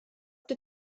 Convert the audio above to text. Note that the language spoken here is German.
der